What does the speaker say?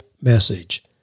message